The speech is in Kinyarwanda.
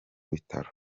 bitaro